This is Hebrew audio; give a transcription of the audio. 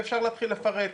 אפשר להתחיל לפרט,